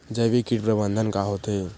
जैविक कीट प्रबंधन का होथे?